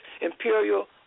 imperial